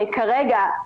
כרגע,